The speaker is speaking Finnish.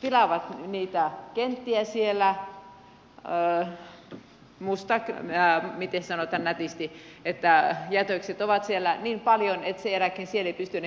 pilaa niitä kenttiä siellä miten se sanotaan nätisti että jätöksiä on siellä niin paljon että sen jälkeen siellä ei pysty enää juuri muita eläimiä asumaan